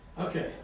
okay